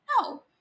No